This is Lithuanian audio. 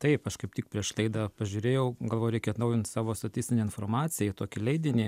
taip aš kaip tik prieš laidą pažiūrėjau galvoju reikia atnaujint savo statistinę informaciją į tokį leidinį